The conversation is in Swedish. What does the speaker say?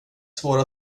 svåra